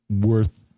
worth